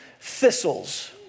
thistles